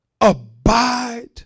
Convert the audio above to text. Abide